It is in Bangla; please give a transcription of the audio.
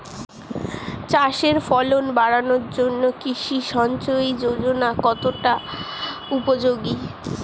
চাষের ফলন বাড়ানোর জন্য কৃষি সিঞ্চয়ী যোজনা কতটা উপযোগী?